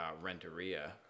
Renteria